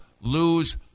lose